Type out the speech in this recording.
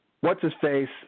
what's-his-face